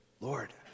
Lord